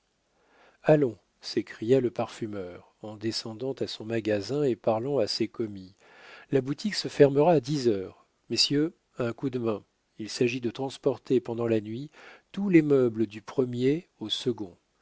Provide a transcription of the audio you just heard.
allons s'écria le parfumeur en descendant à son magasin et parlant à ses commis la boutique se fermera à dix heures messieurs un coup de main il s'agit de transporter pendant la nuit tous les meubles du premier au second